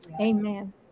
Amen